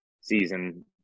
season